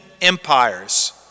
empires